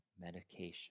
medication